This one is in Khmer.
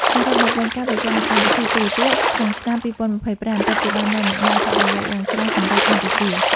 សរុបមកវិញ ការវិវត្តនៃកម្មវិធីទូរទស្សន៍ក្នុងឆ្នាំ ២០២៥ ពិតជាបាននាំមកនូវអត្ថប្រយោជន៍យ៉ាងច្រើនសម្រាប់កម្ពុជា។